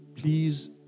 Please